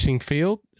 field